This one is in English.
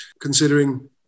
considering